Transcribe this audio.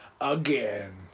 again